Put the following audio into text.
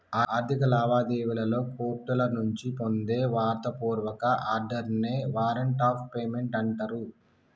ఆర్థిక లావాదేవీలలో కోర్టుల నుంచి పొందే వ్రాత పూర్వక ఆర్డర్ నే వారెంట్ ఆఫ్ పేమెంట్ అంటరు